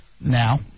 now